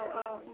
औ औ